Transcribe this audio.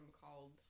called